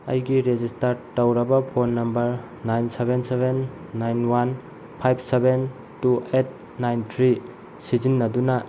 ꯑꯩꯒꯤ ꯔꯦꯖꯤꯁꯇꯔ ꯇꯧꯔꯕ phone number nine seven seven nine one five seven two eight nine three ꯁꯤꯖꯤꯟꯅꯗꯨꯅ